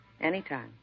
Anytime